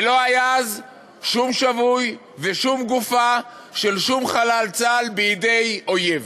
ולא היה אז שום שבוי ושום גופה של שום חלל צה"ל בידי אויב.